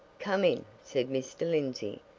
come in, said mr. lindsey.